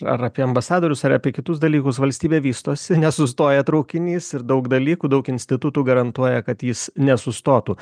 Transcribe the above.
ar apie ambasadorius ar apie kitus dalykus valstybė vystosi nesustoja traukinys ir daug dalykų daug institutų garantuoja kad jis nesustotų